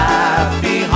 Happy